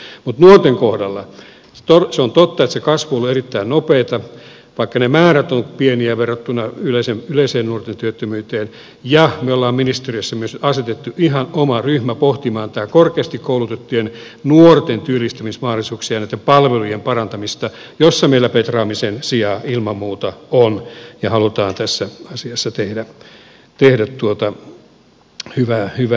mutta nuorten kohdalla se on totta että se kasvu on ollut erittäin nopeata vaikka ne määrät ovat pieniä verrattuna yleiseen nuorten työttömyyteen ja me olemme ministeriössä myös asettaneet ihan oman ryhmän pohtimaan näitä korkeasti koulutettujen nuorten työllistymismahdollisuuksia ja näiden palvelujen parantamista jossa meillä petraamisen sijaa ilman muuta on ja haluamme tässä asiassa tehdä hyvää työtä